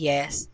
Yes